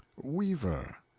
weaver.